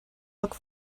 look